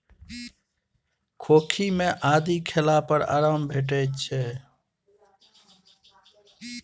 खोंखी मे आदि खेला पर आराम भेटै छै